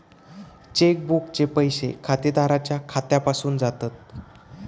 check बुकचे पैशे खातेदाराच्या खात्यासून जातत